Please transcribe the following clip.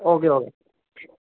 okay okay